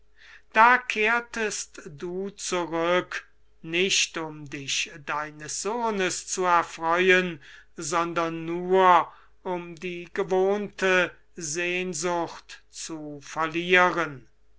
da kehrtest du zurück nicht um dich deines sohnes zu erfreuen sondern um die gewohnte sehnsucht zu verlieren